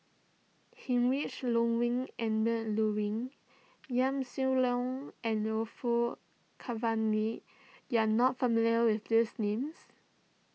Heinrich Ludwig Emil Luering Yaw Shin Leong and Orfeur Cavenagh you are not familiar with these names